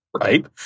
Right